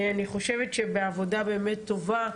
אני חושבת שבעבודה באמת טובה,